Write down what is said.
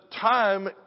time